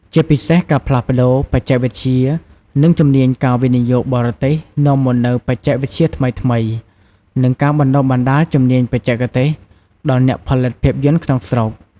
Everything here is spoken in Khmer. ជាពិសេសការផ្លាស់ប្តូរបច្ចេកវិទ្យា និងជំនាញការវិនិយោគបរទេសនាំមកនូវបច្ចេកវិទ្យាថ្មីៗ និងការបណ្តុះបណ្តាលជំនាញបច្ចេកទេសដល់អ្នកផលិតភាពយន្តក្នុងស្រុក។